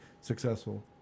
successful